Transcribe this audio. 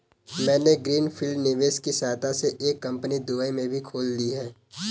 मैंने green field निवेश की सहायता से एक कंपनी दुबई में भी खोल ली है